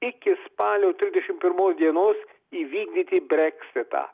iki spalio trisdešimt pirmos dienos įvykdyti breksitą